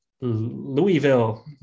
Louisville